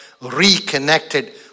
reconnected